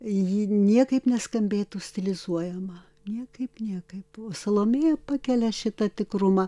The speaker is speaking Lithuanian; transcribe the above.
ji niekaip neskambėtų stilizuojama niekaip niekaip salomėja pakelia šitą tikrumą